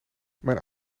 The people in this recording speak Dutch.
mijn